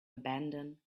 abandon